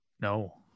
no